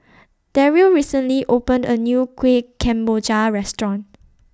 Darryl recently opened A New Kueh Kemboja Restaurant